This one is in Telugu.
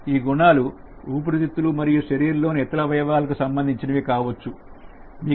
ఈ గుణాలు ఊపిరితిత్తులు మరియు శరీరంలోని ఇతర అవయవాలకు సంబంధించినది కావచ్చు